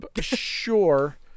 Sure